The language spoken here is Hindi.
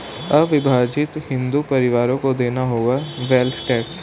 अविभाजित हिंदू परिवारों को देना होगा वेल्थ टैक्स